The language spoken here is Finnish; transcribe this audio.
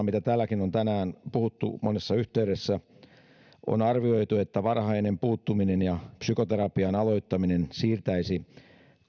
mitä täälläkin on tänään puhuttu monessa yhteydessä ja on arvioitu että varhainen puuttuminen ja psykoterapian aloittaminen siirtäisi